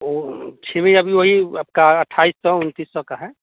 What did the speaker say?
वह छीमी अभी वही आपका अट्ठाइस सौ उनतीस सौ का है